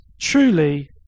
Truly